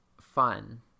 fun